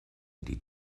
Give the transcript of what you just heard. die